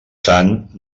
sant